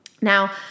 Now